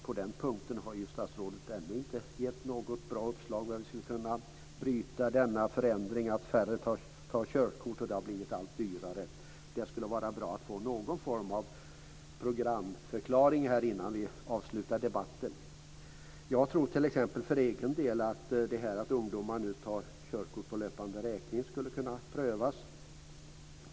På den punkten har statsrådet ännu inte gett något bra uppslag till hur vi skulle kunna bryta trenden att allt färre tar körkort och att det blir allt dyrare. Det skulle vara bra att få någon form av programförklaring här innan vi avslutar debatten. Jag tror t.ex. för egen del att detta med att ungdomar nu tar körkort på löpande räkning skulle kunna prövas.